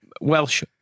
welsh